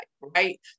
right